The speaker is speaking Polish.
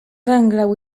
węgla